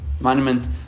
monument